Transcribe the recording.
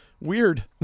weird